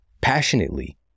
passionately